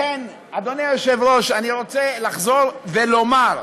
לכן, אדוני היושב-ראש, אני רוצה לחזור ולומר: